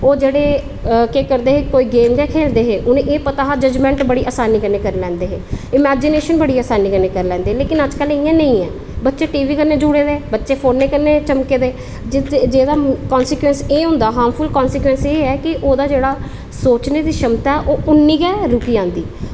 ओह् जेह्ड़े केह् करदे हे कोई गेम गै खेल्लदे हे उनें ई एह् पता हा जजमेंट बड़ी आसानी कन्नै करी लैंदे हे इमेजीनेशन बड़ी आसानी कन्नै करी लैंदे पर अज्ज जेह्ड़ा इंया नेईं ऐ बच्चे टीवी कन्नै जुड़े दे बच्चे फोनै कन्नै झमकै दे जेह्दा कन्सीक्वेंस ऐ हा ओह्दा हार्मफुल कन्सीकवेंस एह् हा की जेह्ड़ा की सोचने दी क्षमता ऐ ओह् इन्नी गै रुकी जदी